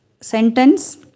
sentence